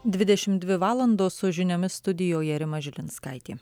dvidešim dvi valandos su žiniomis studijoje rima žilinskaitė